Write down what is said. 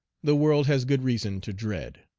the world has good reason to dread.